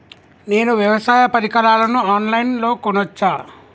నేను వ్యవసాయ పరికరాలను ఆన్ లైన్ లో కొనచ్చా?